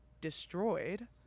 destroyed